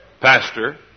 pastor